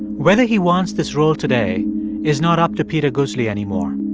whether he wants this role today is not up to peter guzli anymore.